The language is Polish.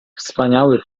wspaniały